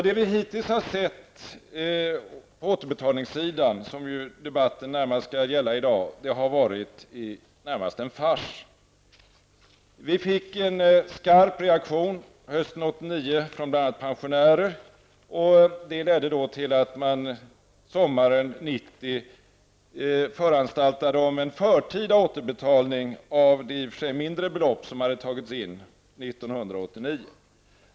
Det vi hittills har sett när de gäller återbetalningen, som debatten närmast skall gälla i dag, har varit närmast en fars. Det kom en skarp reaktion hösten 1989 från bl.a. pensionärer. Det ledde till att man sommaren 1990 föranstaltade om en förtida återbetalning av det i och för sig mindre belopp som inbetalats 1989.